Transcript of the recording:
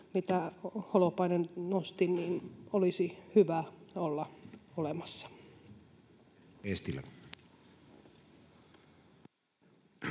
mitä Holopainen nosti, olisi hyvä olla olemassa. [Speech